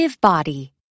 Body